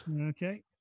Okay